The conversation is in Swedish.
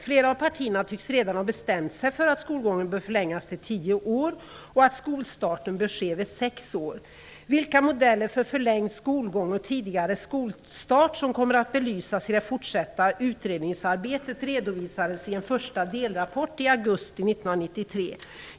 Flera av partierna tycks redan ha bestämt sig för att skolgången bör förlängas till tio år och att skolstarten bör ske vid sex år. Vilka modeller för förlängd skolgång och tidigare skolstart som kommer att belysas i det fortsatta utredningsarbetet redovisades i en första delrapport i augusti 1993.